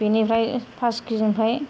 बेनिफ्राय pass KG निफ्राय